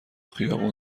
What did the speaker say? خیابون